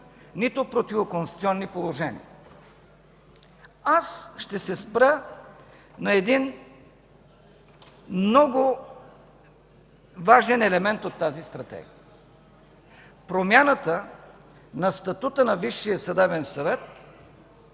нито противоконституционни положения. Аз ще се спра на един много важен елемент от тази Стратегия – промяната на статута на Висшия съдебен съвет